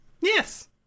Yes